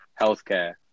healthcare